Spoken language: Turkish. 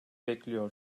bekliyor